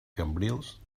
cambrils